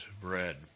bread